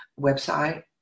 website